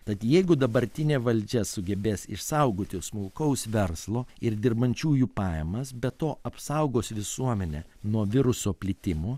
tad jeigu dabartinė valdžia sugebės išsaugoti smulkaus verslo ir dirbančiųjų pajamas be to apsaugos visuomenę nuo viruso plitimo